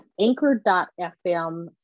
anchor.fm